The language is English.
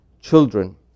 children